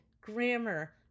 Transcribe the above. grammar